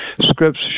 scripts